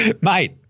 Mate